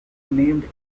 named